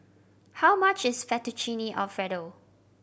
how much is Fettuccine Alfredo